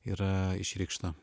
yra išreikšta